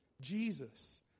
Jesus